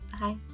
Bye